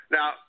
Now